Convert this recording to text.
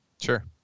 Sure